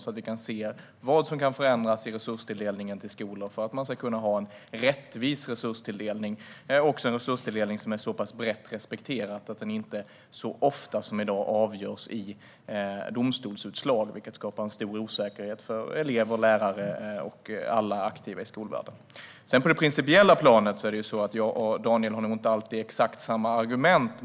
Då kommer vi att kunna se vad som kan förändras i resurstilldelningen till skolor för att man ska kunna ha en resurstilldelning som är rättvis och så pass brett respekterad att den inte så ofta som i dag avgörs i domstolsutslag. Detta skapar en stor osäkerhet för elever, lärare och alla aktiva i skolvärlden. På det principiella planet har nog inte Daniel och jag exakt samma argument.